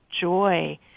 joy